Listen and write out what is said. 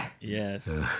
Yes